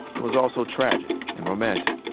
it was all so tragic and romantic